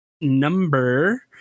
number